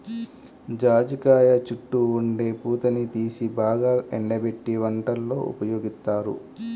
జాజికాయ చుట్టూ ఉండే పూతని తీసి బాగా ఎండబెట్టి వంటల్లో ఉపయోగిత్తారు